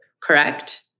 correct